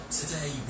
today